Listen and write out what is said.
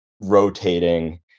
rotating